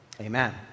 Amen